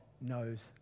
knows